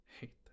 hate